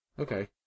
Okay